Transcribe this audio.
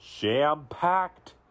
jam-packed